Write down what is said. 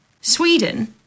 Sweden